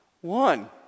One